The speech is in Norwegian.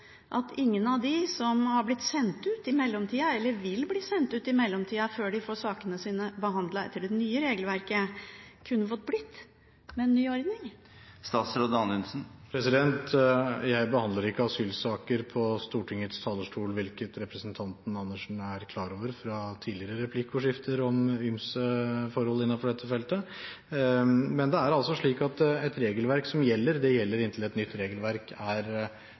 at ingen av dem som har blitt sendt ut i mellomtida, eller som vil bli sendt ut i mellomtida, før de får sakene sine behandlet etter det nye regelverket, kunne fått bli med en ny ordning? Jeg behandler ikke asylsaker på Stortingets talerstol, hvilket representanten Andersen er klar over fra tidligere replikkordskifter om ymse forhold innenfor dette feltet. Men det er altså slik at et regelverk som gjelder, gjelder inntil et nytt regelverk er